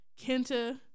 Kenta